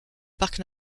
parc